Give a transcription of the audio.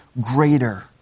greater